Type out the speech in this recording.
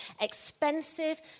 expensive